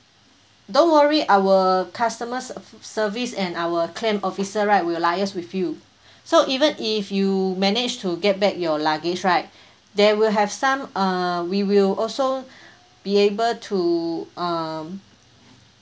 don't worry our customer se~ service and our claim officer right will liaise with you so even if you manage to get back your luggage right there will have some uh we will also be able to um